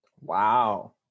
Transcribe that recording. wow